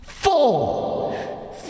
four